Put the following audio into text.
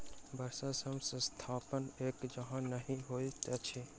वर्षा सभ स्थानपर एक जकाँ नहि होइत अछि